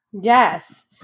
Yes